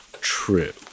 true